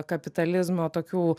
kapitalizmo tokių